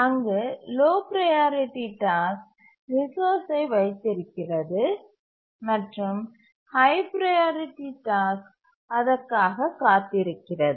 அங்கு low priority task ரிசோர்ஸ்சை வைத்திருக்கிறது மற்றும் ஹய் ப்ரையாரிட்டி டாஸ்க் அதற்காகக் காத்திருக்கிறது